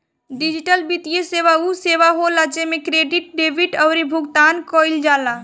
digital वित्तीय सेवा उ सेवा होला जेमे क्रेडिट, डेबिट अउरी भुगतान कईल जाला